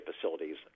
facilities